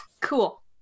Cool